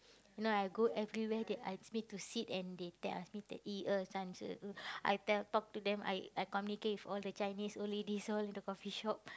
you know I go everywhere they ask me sit and they ask me to 一二三: yi er san I t~ I talk to them I I communicate with all the Chinese old ladies so in the coffee-shop